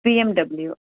BMW